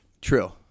True